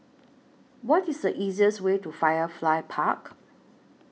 What IS The easiest Way to Firefly Park